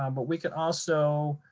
um but we can also,